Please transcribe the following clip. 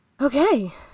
Okay